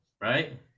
right